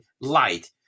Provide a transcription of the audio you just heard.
light